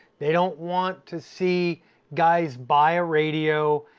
they don't want to see guys buy a radio,